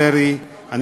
כבוד השר דרעי,